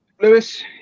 Lewis